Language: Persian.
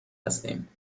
هستیم